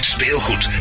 Speelgoed